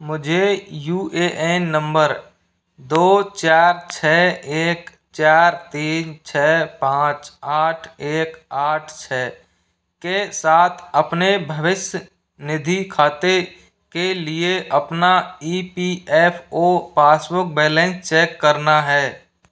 मुझे U A N number दो चार छः एक चार तीन छः पाँच आठ एक आठ छः के साथ अपने भविष्य निधि खाते के लिए अपना E P F O passbook balance check करना है